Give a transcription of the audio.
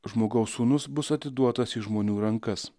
žmogaus sūnus bus atiduotas į žmonių rankas